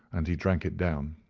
and he drank it down.